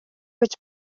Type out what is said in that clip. гэж